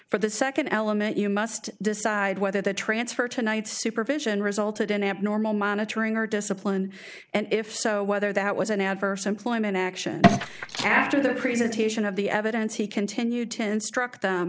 for the second element you must decide whether the transfer tonight supervision resulted in abnormal monitoring or discipline and if so whether that was an adverse employment action or capture the presentation of the evidence he continued to instruct